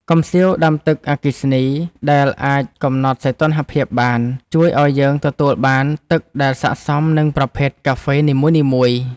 កំសៀវដាំទឹកអគ្គិសនីដែលអាចកំណត់សីតុណ្ហភាពបាន ជួយឱ្យយើងទទួលបានទឹកដែលស័ក្តិសមនឹងប្រភេទកាហ្វេនីមួយៗ។